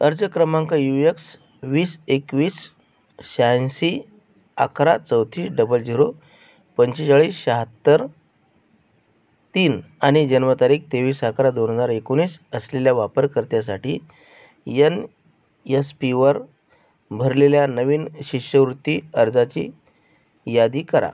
अर्ज क्रमांक U X वीस एकवीस शहाऐंशी अकरा चौतीस डबल जिरो पंचेचाळीस शाहत्तर तीन आणि जन्मतारीख तेवीस अकरा दोन हजार एकोणीस असलेल्या वापरकर्त्यासाठी यन यस पीवर भरलेल्या नवीन शिष्यवृत्ती अर्जाची यादी करा